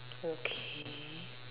okay